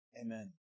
Amen